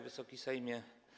Wysoki Sejmie!